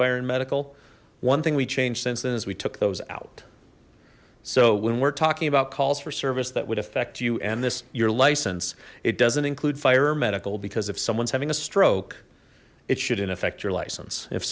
and medical one thing we changed since then is we took those out so when we're talking about calls for service that would affect you and this your license it doesn't include fire or medical because if someone's having a stroke it shouldn't affect your license if